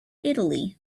italy